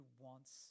wants